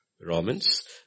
Romans